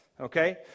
Okay